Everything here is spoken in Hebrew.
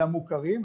למוכרים,